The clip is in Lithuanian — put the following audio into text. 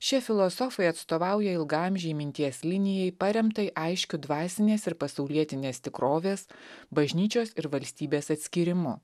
šie filosofai atstovauja ilgaamžei minties linijai paremtai aiškiu dvasinės ir pasaulietinės tikrovės bažnyčios ir valstybės atskyrimu